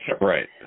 Right